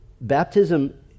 Baptism